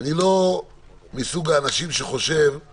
לא מסוג האנשים שחושבים